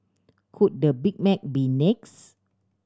could the Big Mac be next